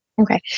Okay